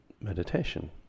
meditation